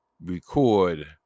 record